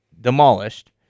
demolished